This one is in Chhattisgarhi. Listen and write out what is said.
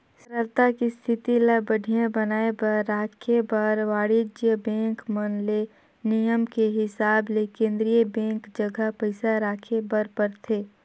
तरलता के इस्थिति ल बड़िहा बनाये बर राखे बर वाणिज्य बेंक मन ले नियम के हिसाब ले केन्द्रीय बेंक जघा पइसा राखे बर परथे